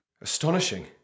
Astonishing